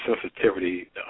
sensitivity